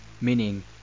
Meaning